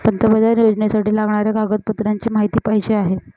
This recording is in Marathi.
पंतप्रधान योजनेसाठी लागणाऱ्या कागदपत्रांची माहिती पाहिजे आहे